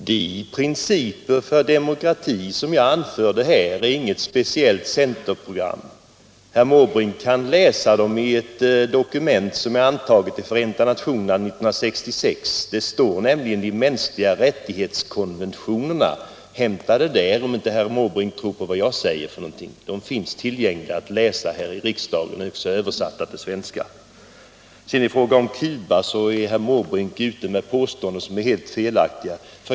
Herr talman! De principer för demokrati som jag anförde här är inget speciellt centerprogram. Herr Måbrink kan läsa dem i ett dokument som är antaget i FN 1966. De står nämligen i konventionerna om de mänskliga rättigheterna. Hämta det där, om herr Måbrink inte tror på vad jag säger. Konventionerna finns tillgängliga här i riksdagshuset. De är också översatta till svenska. I fråga om Cuba gör herr Måbrink påståenden som är helt felaktiga.